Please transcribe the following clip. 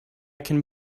can